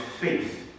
faith